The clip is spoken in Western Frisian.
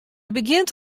begjint